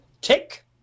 Tick